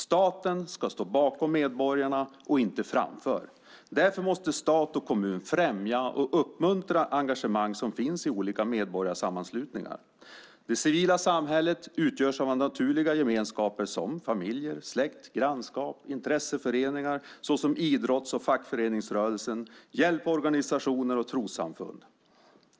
Staten ska stå bakom medborgarna och inte framför. Därför måste stat och kommun främja och uppmuntra engagemang som finns i olika medborgarsammanslutningar. Det civila samhället utgörs av naturliga gemenskaper som familjer, släkt, grannskap, intresseföreningar som idrotts och fackföreningsrörelsen, hjälporganisationer och trossamfund.